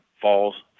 falls